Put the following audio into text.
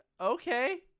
Okay